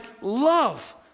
love